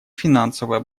финансовая